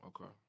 Okay